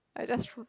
I just r~